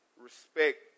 respect